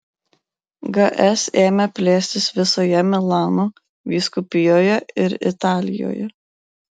gs ėmė plėstis visoje milano vyskupijoje ir italijoje